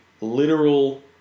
literal